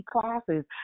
classes